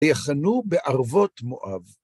ויחנו בערבות מואב.